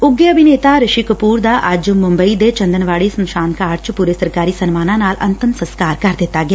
ਉੱਘੇ ਅਭਿਨੇਤਾ ਰਿਸ਼ੀ ਕਪੁਰ ਦਾ ਅੱਜ ਮੁੰਬਈ ਦੇ ਚੰਦਨਵਾਤੀ ਸ਼ਮਸ਼ਾਨ ਘਾਟ ਚ ਪੁਰੇ ਸਰਕਾਰੀ ਸਨਮਾਨਾਂ ਨਾਲ ਅੰਤਮ ਸੰਸਕਾਰ ਕਰ ਦਿੱਤਾ ਗਿਆ